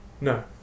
No